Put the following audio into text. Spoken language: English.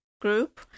group